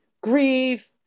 grief